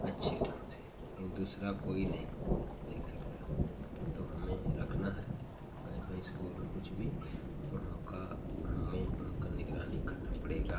अच्छे ढंग से यह दूसरा कोई नहीं देख सकता तो हमें रखना है गाय भैंस गोरू कुछ भी तो हमका हमें उनकी निगरानी करनी पड़ेगी